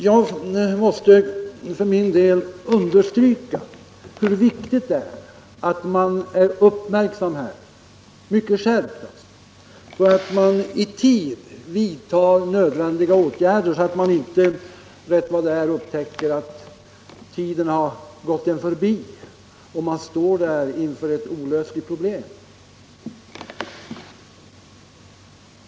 Jag måste för min del understryka hur viktigt det är att man här är uppmärksam, ja, mycket skärpt, så att man i tid vidtar nödvändiga åtgärder och inte rätt vad det är upptäcker att tiden har gått en förbi och att man står där inför ett olösligt problem.